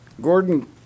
Gordon